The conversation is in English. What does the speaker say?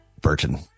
Burton